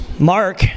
Mark